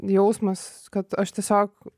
jausmas kad aš tiesiog